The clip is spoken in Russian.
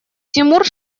тимур